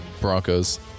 Broncos